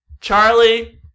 Charlie